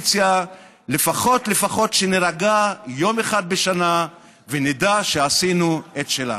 לפחות לפחות שנירגע יום אחד בשנה ונדע שעשינו את שלנו.